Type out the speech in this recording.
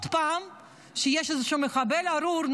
שיש איזשהו מחבל ארור,